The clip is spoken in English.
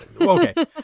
okay